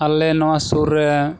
ᱟᱞᱮ ᱱᱚᱣᱟ ᱥᱩᱨ ᱨᱮ